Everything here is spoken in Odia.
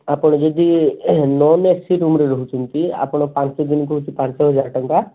ଆପଣ ଯଦି ନନ୍ ଏସି ରୁମ୍ରେ ରହୁଛନ୍ତି ଆପଣ ପାଞ୍ଚ ଦିନକୁ ହେଉଛି ପାଞ୍ଚ ହଜାର ଟଙ୍କା